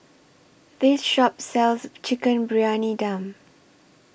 This Shop sells Chicken Briyani Dum